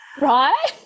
right